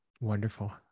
Wonderful